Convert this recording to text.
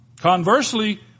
Conversely